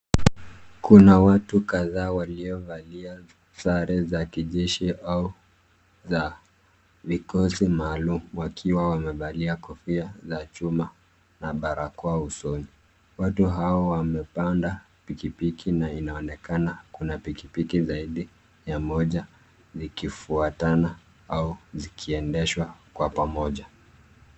Kuna watu kadhaa waliovalia sare za kijeshi au za vikosi maalum, wakiwa wamevalia kofia za chuma na barakoa usoni. Watu hao wamepanda pikipiki na inaonekana kuna pikipiki zaidi ya moja zikifuatana au zikiendeshwa kwa pamoja.